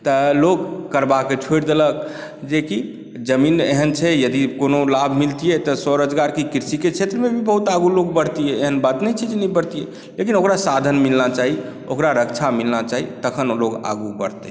तऽ लोक करबाके छोड़ि देलक जे कि जमीन एहन छै यदि कोनो लाभ मिलतियै तऽ स्वरोजगार कृषिके क्षेत्रमे भी बहुत आगू लोक बढ़ितियै एहन बात नहि छै जे नहि बढ़ितियै लेकिन ओकरा साधन मिलना चाही ओकरा रक्षा मिलना चाही तखन ओ लोग आगू बढ़तै